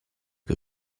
che